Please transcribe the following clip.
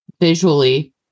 visually